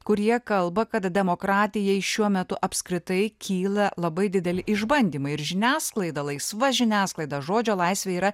kurie kalba kad demokratijai šiuo metu apskritai kyla labai dideli išbandymai ir žiniasklaida laisva žiniasklaida žodžio laisvė yra